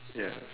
yes